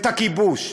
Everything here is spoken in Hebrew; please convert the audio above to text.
את הכיבוש.